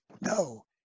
No